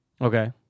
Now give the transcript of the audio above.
Okay